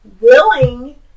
Willing